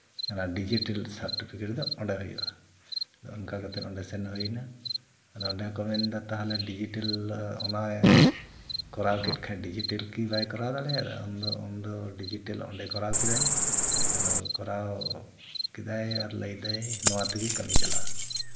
digital certificate ᱫᱚ ᱚᱸᱰᱮ ᱦᱩᱭᱩᱜᱼᱟ ᱟᱫᱚ ᱚᱱᱠᱟ ᱠᱟᱛᱮ ᱚᱸᱰᱮ ᱥᱮᱱ ᱦᱩᱭᱱᱟ ᱟᱫᱚ ᱚᱸᱰᱮ ᱦᱚᱸᱠᱚ ᱢᱮᱱᱫᱟ ᱰᱤᱡᱤᱴᱟᱞ ᱚᱱᱟ ᱠᱚᱨᱟᱣ ᱠᱮᱫ ᱠᱷᱟᱡ ᱰᱤᱡᱤᱴᱮᱞ ᱠᱤ ᱵᱟᱭ ᱠᱚᱨᱟᱣ ᱫᱟᱲᱮᱭᱟᱜᱼᱟ ᱩᱱᱫᱤ ᱰᱤᱡᱤᱴᱟᱞ ᱚᱸᱰᱮ ᱠᱚᱨᱟᱣ ᱠᱮᱫᱟᱭ ᱟᱫᱚ ᱠᱚᱨᱟᱣ ᱠᱮᱫᱟᱭ ᱟᱨ ᱞᱟᱹᱭᱫᱟᱭ ᱱᱚᱣᱟ ᱛᱮᱜᱮ ᱠᱟᱹᱢᱤ ᱪᱟᱞᱟᱜᱼᱟ